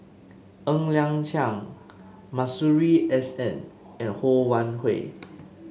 Ng Liang Chiang Masuri S N and Ho Wan Hui